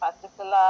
particular